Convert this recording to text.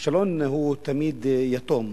הכישלון הוא תמיד יתום,